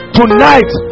tonight